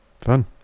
Fun